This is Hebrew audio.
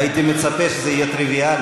הייתי מצפה שזה יהיה טריוויאלי.